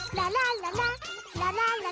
la la la la la la